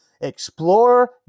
Explore